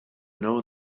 know